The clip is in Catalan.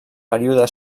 període